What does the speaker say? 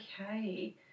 Okay